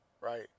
right